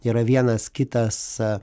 yra vienas kitas